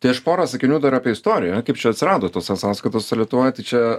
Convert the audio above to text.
tai aš porą sakinių dar apie istoriją kaip čia atsirado tos e sąskaitos lietuvoj tai čia